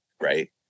right